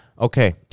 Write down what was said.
Okay